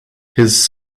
his